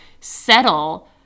settle